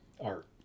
art